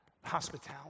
hospitality